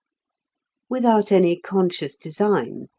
without any conscious design,